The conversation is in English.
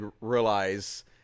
realize